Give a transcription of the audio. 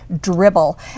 dribble